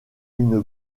une